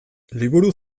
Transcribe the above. liburu